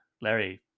larry